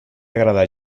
agrada